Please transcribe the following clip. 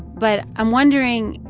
but i'm wondering,